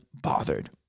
bothered